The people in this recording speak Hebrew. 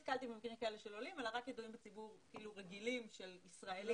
במקרים כאלה של עולים אלא רק ידועים בציבור רגילים של ישראלים.